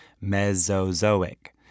Mesozoic